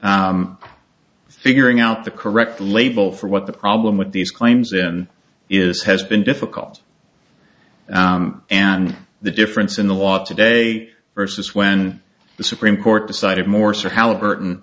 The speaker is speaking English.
figuring out the correct label for what the problem with these claims then is has been difficult and the difference in the law today versus when the supreme court decided morse or halliburton